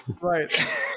Right